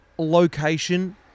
Location